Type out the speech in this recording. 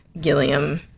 Gilliam